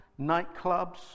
nightclubs